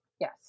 Yes